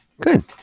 good